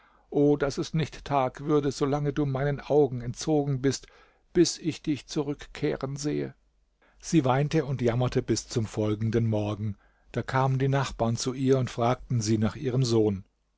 o daß es nicht tag würde solange du meinen augen entzogen bist bis ich dich zurückkehren sehe sie weinte und jammerte bis zum folgenden morgen da kamen die nachbarn zu ihr und fragten sie nach ihrem sohn